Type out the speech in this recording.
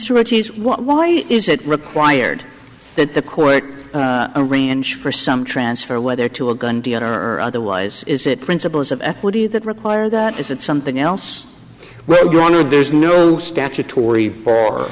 ricci's why is it required that the court arrange for some transfer whether to a gun or otherwise is it principles of equity that require that is it something else where granted there's no statutory or